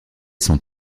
sont